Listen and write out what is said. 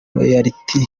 royalty